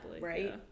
right